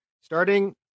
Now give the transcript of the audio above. starting